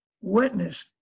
Witness